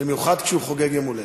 במיוחד כשהוא חוגג יום הולדת.